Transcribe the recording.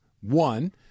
One